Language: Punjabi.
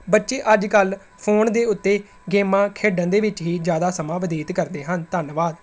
ਬੱਚੇ ਅੱਜ ਕੱਲ੍ਹ ਫੋਨ ਦੇ ਉੱਤੇ ਗੇਮਾਂ ਖੇਡਣ ਦੇ ਵਿੱਚ ਹੀ ਜ਼ਿਆਦਾ ਸਮਾਂ ਬਤੀਤ ਕਰਦੇ ਹਨ ਧੰਨਵਾਦ